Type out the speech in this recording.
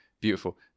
beautiful